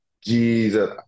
Jesus